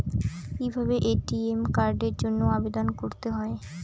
কিভাবে এ.টি.এম কার্ডের জন্য আবেদন করতে হয়?